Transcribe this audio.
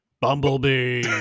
Bumblebee